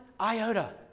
iota